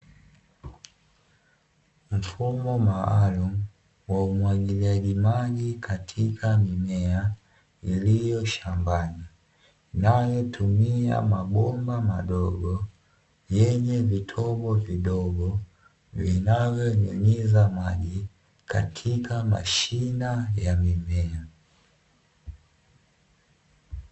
Mfumo maalumu wa umwagiliaji maji katika mimea iliyoshambani, inayotumia mabomba madogo yenye vitobo vidogo vinavyonyunyiza maji katika mashina ya mimea.